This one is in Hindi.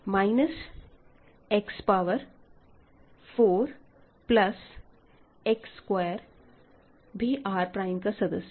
minus X power 4 plus X square भी R प्राइम का सदस्य है